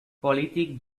polític